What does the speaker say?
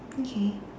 okay